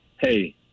hey